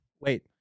Wait